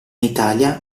italia